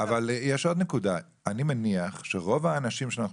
אבל יש עוד נקודה אני מניח שרוב האנשים שאנחנו